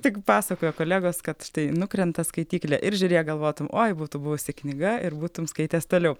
tik pasakojo kolegos kad tai nukrenta skaityklė ir žiūrėk galvotum oi būtų buvusi knyga ir būtum skaitęs toliau